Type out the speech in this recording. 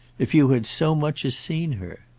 if you had so much as seen her.